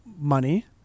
money